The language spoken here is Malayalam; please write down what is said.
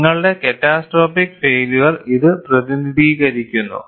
നിങ്ങളുടെ ക്യാറ്റസ്ട്രോപ്പിക് ഫൈയില്യർ ഇത് പ്രതിനിധീകരിക്കുന്നു